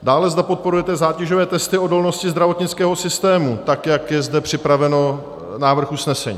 Dále, zda podporujete zátěžové testy odolnosti zdravotnického systému, tak jak je zde připraven návrh usnesení.